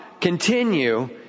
Continue